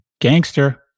Gangster